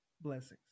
blessings